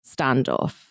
standoff